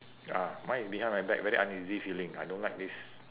ya mine is behind my back very uneasy feeling I don't like this